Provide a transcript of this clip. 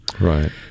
Right